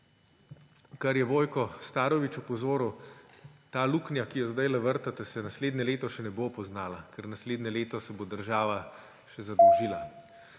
kar je Vojko Starović opozoril – ta luknja, ki jo zdajle vrtate, se naslednje leto še ne bo poznala, ker naslednje leto se bo država še zadolžila